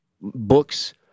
books